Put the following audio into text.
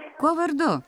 kuo vardu